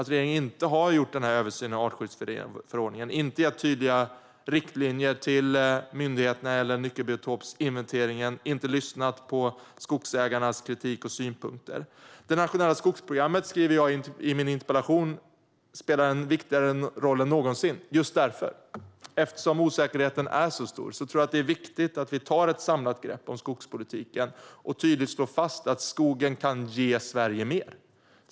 Regeringen har inte gjort någon översyn av artskyddsförordningen, inte gett tydliga riktlinjer till myndigheterna om nyckelbiotopsinventeringen och inte lyssnat på skogsägarnas kritik och synpunkter. I min interpellation skriver jag att det nationella skogsprogrammet spelar en viktigare roll än någonsin. Eftersom osäkerheten är så stor tror jag att det är viktigt att man tar ett samlat grepp om skogspolitiken och tydligt slår fast att skogen kan ge Sverige mer.